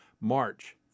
March